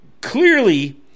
clearly